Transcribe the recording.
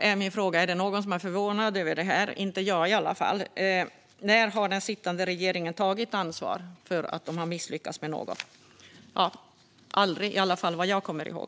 Är det någon som är förvånad över det? Det är i alla fall inte jag. När har den sittande regeringen tagit ansvar för något som den misslyckats med? Aldrig, vad jag kommer ihåg.